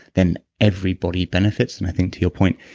then everybody benefits. and i think to your point,